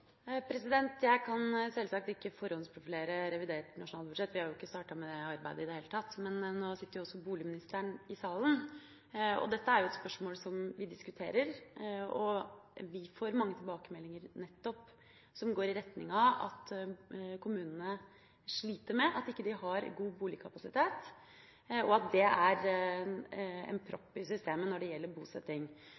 opp? Jeg kan sjølsagt ikke forhåndsspekulere om revidert nasjonalbudsjett, vi har jo ikke startet med det arbeidet i det hele tatt. Men nå sitter også boligministeren i salen, og dette er et spørsmål som vi diskuterer. Vi får mange tilbakemeldinger som går nettopp i retning av at kommunene sliter med at de ikke har god boligkapasitet, og at det er en